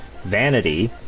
Vanity